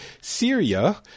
Syria